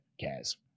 cares